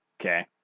Okay